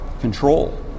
control